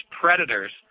predators